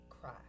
cry